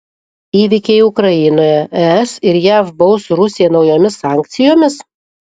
įvykiai ukrainoje es ir jav baus rusiją naujomis sankcijomis